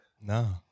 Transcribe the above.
No